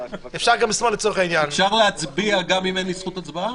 אפשר להצביע גם אם אין לי זכות הצבעה?